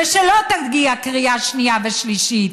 ושלא תגיע קריאה שנייה ושלישית,